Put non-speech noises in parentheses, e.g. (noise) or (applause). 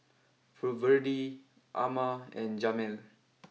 (unintelligible) Amma and Jamel